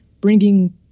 bringing